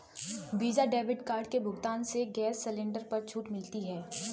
visa debit card के भुगतान से गैस सिलेंडर पर छूट मिलती है